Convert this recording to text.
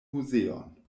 muzeon